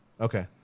Okay